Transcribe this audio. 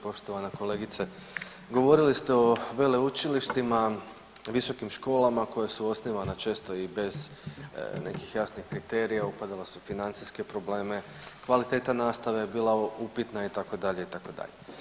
Poštovana kolegice, govorili ste o veleučilištima, visokim školama koje su osnivane često i bez nekih jasnih kriterija, upadala su u financijske probleme, kvaliteta nastave je bila upitna, itd., itd.